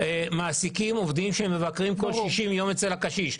אנחנו מעסיקים עובדים שמבקרים כל 60 יום אצל הקשיש.